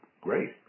great